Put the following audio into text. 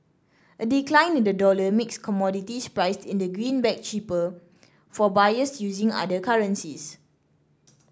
a decline in the dollar makes commodities priced in the greenback cheaper for buyers using other currencies